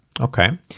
Okay